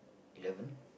eleven